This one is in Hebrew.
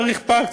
צריך פארק,